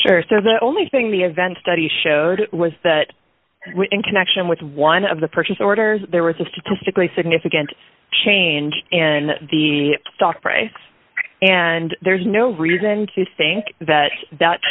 so the only thing the event study showed was that in connection with one of the purchase orders there was a statistically significant change in the stock price and there's no reason to think that that